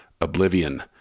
Oblivion